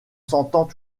s’entend